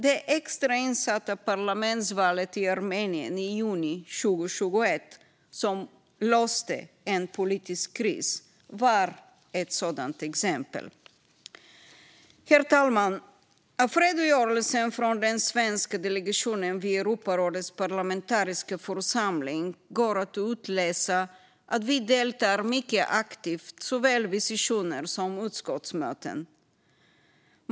Det extra insatta parlamentsvalet i Armenien i juni 2021, som löste en politisk kris, var ett sådant exempel. Herr talman! Av redogörelsen från den svenska delegationen vid Europarådets parlamentariska församling går det att utläsa att vi deltar mycket aktivt vid såväl sessioner som utskottsmöten.